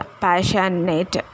passionate